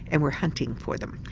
and we're hunting for them.